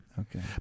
Okay